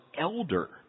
elder